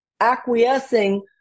acquiescing